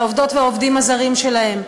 לעובדות ולעובדים הזרים שלהם.